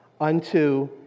unto